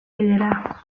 bellera